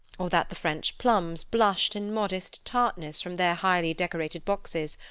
or that the french plums blushed in modest tartness from their highly-decorated boxes,